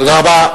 תודה רבה.